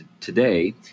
today